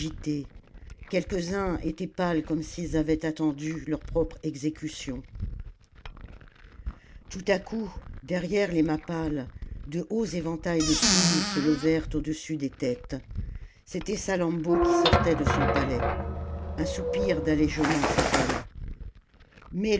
quelques-uns étaient pâles comme s'ils avaient attendu leur propre exécution tout à coup derrière les mappales de hauts éventails de plumes se levèrent au-dessus des têtes c'était salammbô qui sortait de son palais un soupir d'allégement s'exhala